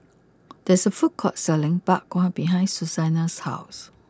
there's a food court selling Bak Kwa behind Susannah's house